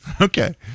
Okay